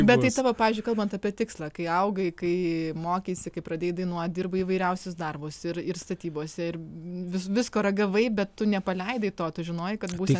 bet tai tavo pavyzdžiui kalbant apie tikslą kai augai kai mokeisi kaip pradėjai dainuot dirbai įvairiausius darbus ir ir statybose ir vis visko ragavai bet tu nepaleidai to tu žinojai kad būtent